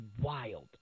wild